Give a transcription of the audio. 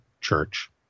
church